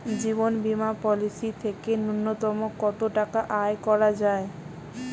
জীবন বীমা পলিসি থেকে ন্যূনতম কত টাকা আয় করা যায়?